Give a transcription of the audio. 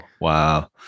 wow